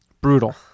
Brutal